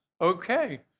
okay